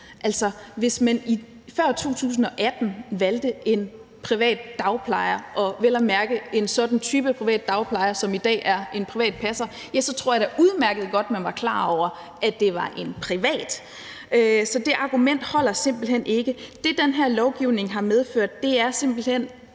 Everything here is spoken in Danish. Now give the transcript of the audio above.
Altså, hvis man før 2018 valgte en privat dagplejer og vel at mærke en sådan type privat dagplejer, som i dag er en privat passer, så tror jeg da udmærket godt, at man var klar over, at der var tale om en privat. Så det argument holder simpelt hen ikke. Det, den her lovgivning har medført, er simpelt hen